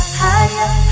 higher